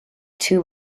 two